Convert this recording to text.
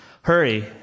Hurry